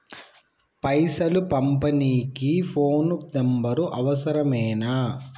పైసలు పంపనీకి phone number అవసరమేనా?